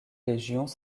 légions